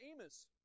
Amos